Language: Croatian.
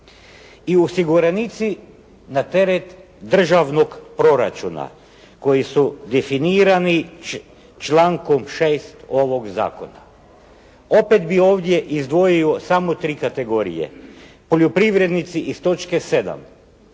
I osiguranici na teret državnog proračuna koji su definirani člankom 6. ovog zakona opet bi ovdje izdvojio samo 3 kategorije. Poljoprivrednici iz točke 7.